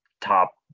top